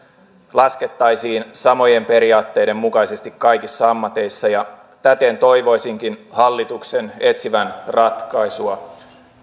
laskettaisiin samojen periaatteiden mukaisesti kaikissa ammateissa ja täten toivoisinkin hallituksen etsivän ratkaisua